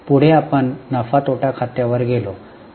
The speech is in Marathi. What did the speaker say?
पुढे आपण नफा तोटा खात्यावर गेलो